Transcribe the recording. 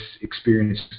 experience